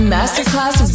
Masterclass